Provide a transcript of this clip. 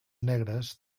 negres